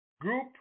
Group